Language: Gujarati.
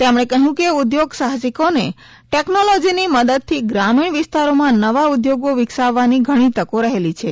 તેમણે કહ્યું કે ઉધોગ સાહસિકોને ટેકનોલોજીની મદદથી ગ્રામીણ વિસ્તારોમાં નવા ઉધોગો વિકસાવવાની ઘણી તકો રહેલી છે